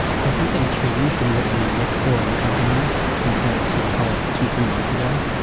has something changed in what you look for in companies compared to call it two, three months ago?